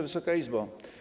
Wysoka Izbo!